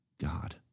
God